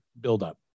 buildup